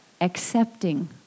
accepting